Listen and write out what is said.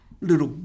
little